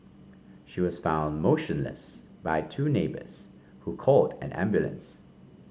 she was found motionless by two neighbours who called an ambulance